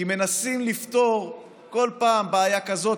כי מנסים לפתור כל פעם בעיה כזאת,